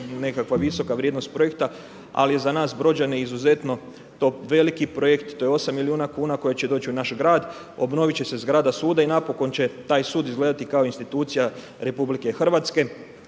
nekakva visoka vrijednost projekta, ali je za nas brođane izuzetno to veliki projekt, to je 8 milijuna kuna koje će doći u naš grad, obnoviti će se zgrada suda i napokon će taj sud izgledati kao institucija RH, napokon